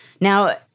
Now